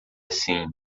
assim